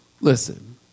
Listen